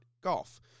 golf